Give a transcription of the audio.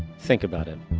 think about it,